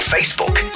Facebook